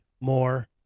more